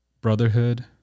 brotherhood